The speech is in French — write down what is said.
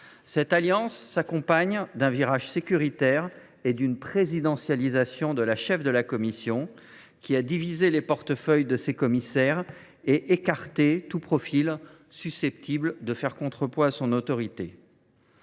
Cette alliance s’accompagne d’un virage sécuritaire et d’une présidentialisation de la cheffe de la Commission, qui a divisé les portefeuilles de ses commissaires et écarté tout profil susceptible de faire contrepoids à son autorité.